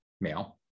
male